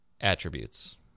attributes